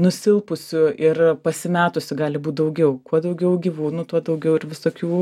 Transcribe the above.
nusilpusių ir pasimetusių gali būt daugiau kuo daugiau gyvūnų tuo daugiau ir visokių